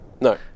No